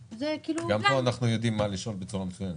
גם פה אנחנו יודעים מה לשאול, בצורה מסוימת.